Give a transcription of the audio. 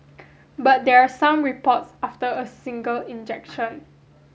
but there are some reports after a single injection